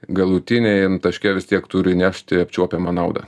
galutiniam taške vis tiek turi nešti apčiuopiamą naudą